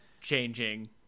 changing